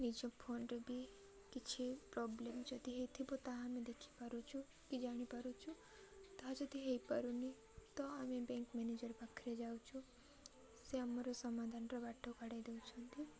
ନିଜ ଫୋନ୍ରେ ବି କିଛି ପ୍ରବ୍ଲେମ୍ ଯଦି ହେଇଥିବ ତାହା ଆମେ ଦେଖିପାରୁଛୁ କି ଜାଣିପାରୁଛୁ ତାହା ଯଦି ହେଇପାରୁନି ତ ଆମେ ବ୍ୟାଙ୍କ୍ ମ୍ୟାନେଜର୍ ପାଖରେ ଯାଉଛ ସେ ଆମର ସମାଧାନର ବାଟ କଢ଼େଇ ଦଉଛନ୍ତି